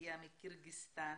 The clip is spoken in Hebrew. הגיעה מקירגיסטאן,